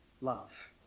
love